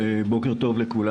בוקר טוב לכולם.